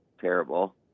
terrible